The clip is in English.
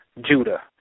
Judah